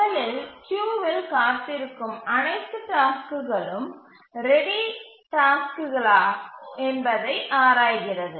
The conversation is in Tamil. முதலில் கியூவில் காத்திருக்கும் அனைத்து டாஸ்க்குகளும் ரெடி டாஸ்க்குகலா என்பதை ஆராய்கிறது